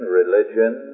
religion